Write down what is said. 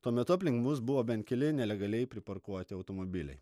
tuo metu aplink mus buvo bent keli nelegaliai priparkuoti automobiliai